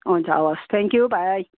हुन्छ हवस् थ्याङ्क्यु भाइ